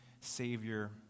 Savior